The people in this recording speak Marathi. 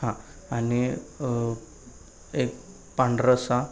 हां आणि एक पांढरा रस्सा